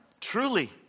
truly